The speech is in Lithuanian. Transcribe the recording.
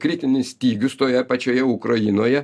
kritinis stygius toje pačioje ukrainoje